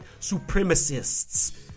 supremacists